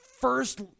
first